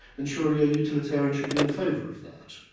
then surely a utilitarian should be in favour of that.